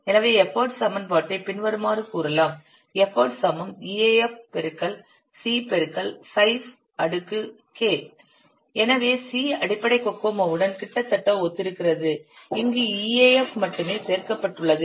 எனவே எஃபர்ட் சமன்பாட்டை பின்வருமாறு கூறலாம் எனவே C அடிப்படை கோகோமோவுடன் கிட்டத்தட்ட ஒத்திருக்கிறது இங்கு EAF மட்டுமே சேர்க்கப்பட்டுள்ளது